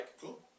Cool